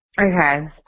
Okay